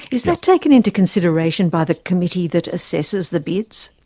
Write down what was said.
is that taken into consideration by the committee that assesses the bids?